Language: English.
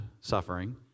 suffering